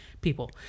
people